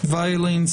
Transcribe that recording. עבירה כללית של תקיפה,